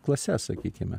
klases sakykime